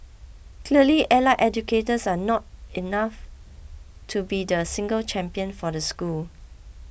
clearly allied educators are not enough to be the single champion for the school